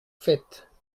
faites